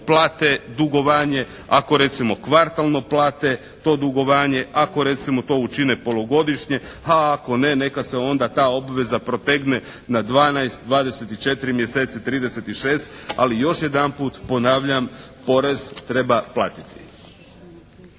ako ne neka se onda ta obveza protegne na 12, 24 mjeseci, 36 ali još jedanputa ponavljam porez treba platiti.